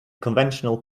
conventional